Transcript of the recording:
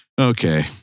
Okay